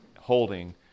holding